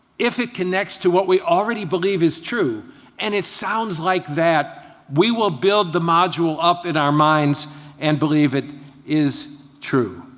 if it connects to what we already believe is true and sounds like that, we will build the module up in our minds and believe it is true.